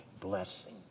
blessing